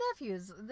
nephews